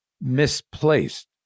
misplaced